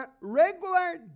regular